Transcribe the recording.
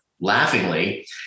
laughingly